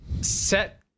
set